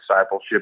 discipleship